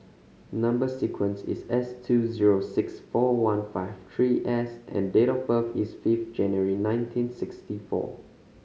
number sequence is S two zero six four one five three S and date of birth is fifth January nineteen sixty four